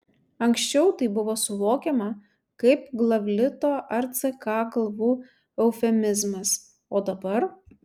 anksčiau tai buvo suvokiama kaip glavlito ar ck galvų eufemizmas o dabar